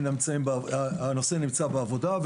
הנושא נמצא בעבודה,